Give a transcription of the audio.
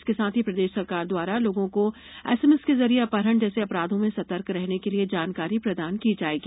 इसके साथ ही प्रदेष सरकार द्वारा लोगों को एसएमएस के जरिए अपहरण जैसे अपराधों से सतर्क रहने के लिए जानकारी प्रदान की जाएगी